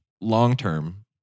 long-term